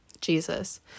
Jesus